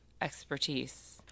expertise